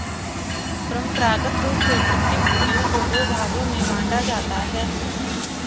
परंपरागत रूप से प्रतिभूतियों को दो भागों में बांटा जाता है